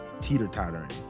teeter-tottering